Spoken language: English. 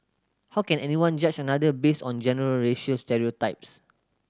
how can anyone judge another based on general racial stereotypes